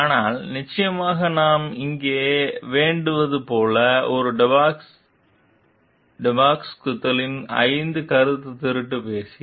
ஆனால் நிச்சயமாக நாம் இங்கே வேண்டும் போல் அது டெபாசிகுத்தாலே ஐந்து கருத்துத் திருட்டு பேசி